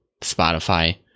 Spotify